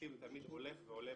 שהתקציב לתלמיד הולך ועולה